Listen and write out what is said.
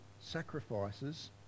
sacrifices